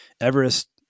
Everest